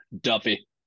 Duffy